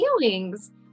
feelings